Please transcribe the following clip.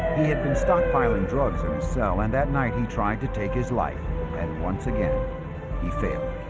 he had been stockpiling drugs in his cell and that night he tried to take his life and once again he failed